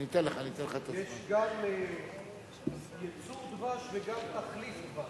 יש גם ייצור דבש וגם תחליף דבש.